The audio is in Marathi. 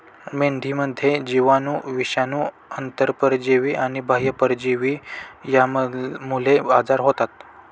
मेंढीमध्ये जीवाणू, विषाणू, आंतरपरजीवी आणि बाह्य परजीवी यांमुळे आजार होतात